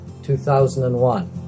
2001